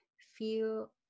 feel